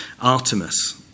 Artemis